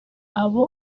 abo